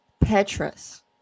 petrus